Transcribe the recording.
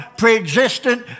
pre-existent